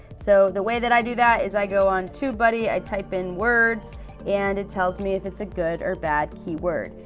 so, the way that i do that is i go on tubebuddy, i type in words and it tells me if it's a good or bad keyword.